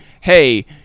hey